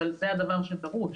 אבל זה הדבר שדרוש.